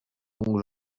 donc